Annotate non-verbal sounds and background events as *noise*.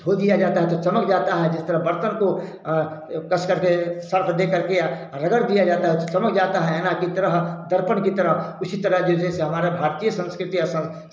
धो दिया जाता है तो चमक जाता है जिस तरह बर्तन को कस करके साफ़ *unintelligible* रगड़ दिया जाता है चमक जाता है ऐना की तरह दर्पण की तरह उसी तरह जो जैसे हमरा भारतीय संस्कृति ऐसा